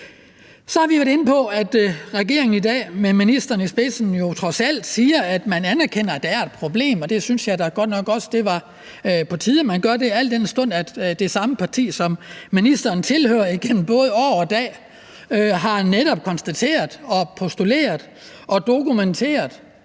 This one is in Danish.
regeringen i dag med ministeren i spidsen jo trods alt siger, at man anerkender, at der er et problem. Det synes jeg da godt nok også var på tide man gør, al den stund at det samme parti, som ministeren tilhører, igennem både år og dag netop har konstateret og postuleret og dokumenteret,